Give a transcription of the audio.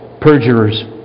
perjurers